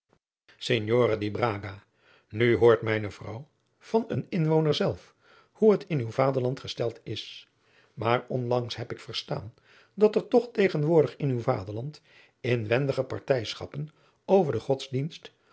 braga nu hoort mijne vrouw van een inwoner zelf hoe het in uw vaderland gesteld is maar onlangs heb ik verstaan dat er toch tegenwoordig in uw vaderland inwendige partijschappen over den godsdienst